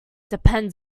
depends